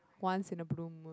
once in a blue moon